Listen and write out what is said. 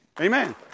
Amen